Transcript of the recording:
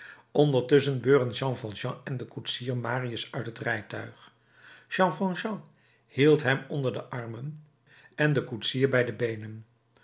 beurden jean valjean en de koetsier marius uit het rijtuig jean valjean hield hem onder de armen en de koetsier bij de beenen